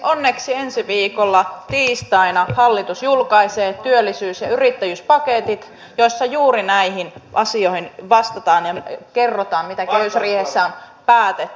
onneksi ensi viikolla tiistaina hallitus julkaisee työllisyys ja yrittäjyyspaketit joissa juuri näihin asioihin vastataan ja kerrotaan mitä kehysriihessä on päätetty